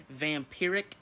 vampiric